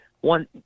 one